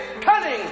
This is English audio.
cunning